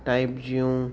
type जूं